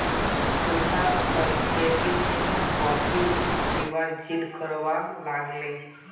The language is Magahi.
सुशांत कल कैपुचिनो कॉफी पीबार जिद्द करवा लाग ले